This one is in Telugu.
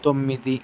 తొమ్మిది